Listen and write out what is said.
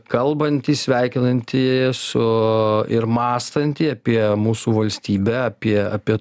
kalbantį sveikinantį su ir mąstantį apie mūsų valstybę apie apie